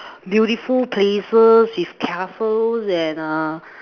beautiful places with castles and uh